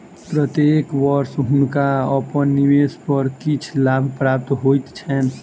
प्रत्येक वर्ष हुनका अपन निवेश पर किछ लाभ प्राप्त होइत छैन